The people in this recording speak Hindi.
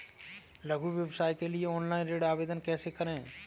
लघु व्यवसाय के लिए ऑनलाइन ऋण आवेदन कैसे करें?